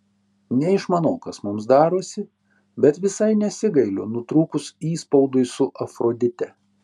neišmanau kas mums darosi bet visai nesigailiu nutrūkus įspaudui su afrodite